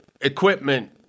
equipment